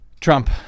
Trump